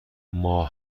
ماه